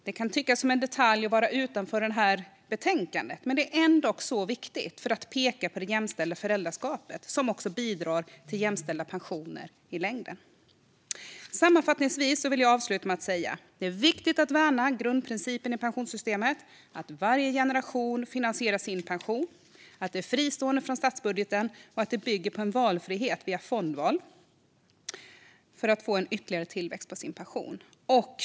Det kan tyckas vara en detalj som ligger utanför det här betänkandets ämnesområde, men den är ändå viktig för att peka på det jämställda föräldraskapet - som i sin förlängning bidrar till mer jämställda pensioner. Det är viktigt att värna grundprincipen i pensionssystemet, nämligen att varje generation finansierar sin pension, att pensionerna är fristående från stadsbudgeten och att det bygger på en valfrihet via fondval för att få ytterligare tillväxt på sin pension.